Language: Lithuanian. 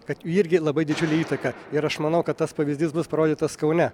kad jų irgi labai didžiulė įtaka ir aš manau kad tas pavyzdys bus parodytas kaune